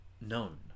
known